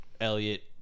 Elliot